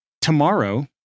tomorrow